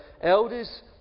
elders